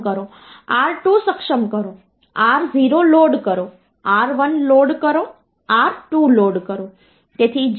તો આને 2 વડે ગુણાકાર કરવાથી મને 1